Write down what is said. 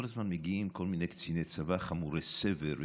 כל הזמן מגיעים כל מיני קציני צבא חמורי סבר,